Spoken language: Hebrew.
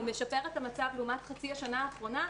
הוא משפר את המצב לעומת חצי השנה האחרונה,